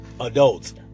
adults